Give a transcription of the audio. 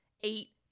eight